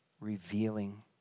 revealing